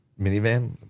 minivan